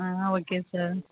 ah okay sir